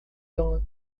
ele